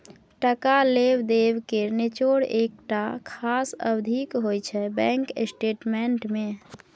टका लेब देब केर निचोड़ एकटा खास अबधीक होइ छै बैंक स्टेटमेंट मे